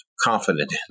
confident